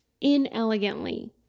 inelegantly